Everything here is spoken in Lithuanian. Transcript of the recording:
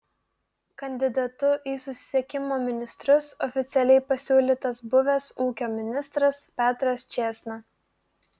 kandidatu į susisiekimo ministrus oficialiai pasiūlytas buvęs ūkio ministras petras čėsna